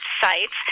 sites